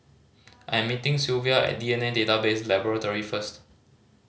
I'm meeting Sylvia at D N A Database Laboratory first